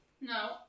No